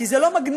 כי זה לא מגניב,